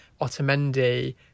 Otamendi